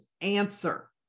answer